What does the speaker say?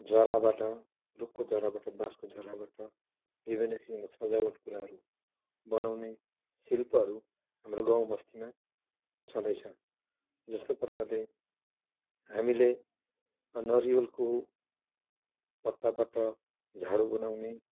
जराबाट रूखको जराबाट बाँसको जराबाट विभिन्न किसिमका सजावट कुराहरू बनाउने शिल्पहरू हाम्रो गाउँ बस्तीमा छँदै छ जस्तो प्रकारले हामीले नरिवलको पत्ताबाट झाडु बनाउने